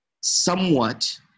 somewhat